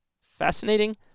fascinating